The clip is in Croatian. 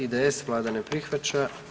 IDS, Vlada ne prihvaća.